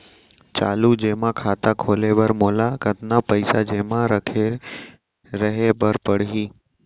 चालू जेमा खाता खोले बर मोला कतना पइसा जेमा रखे रहे बर पड़ही?